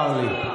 צר לי,